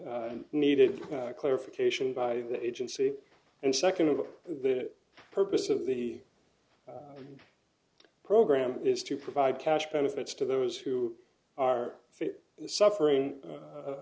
needed clarification by the agency and second of the purpose of the program is to provide cash benefits to those who are suffering